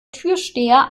türsteher